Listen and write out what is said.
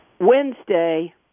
Wednesday